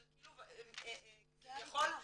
כביכול,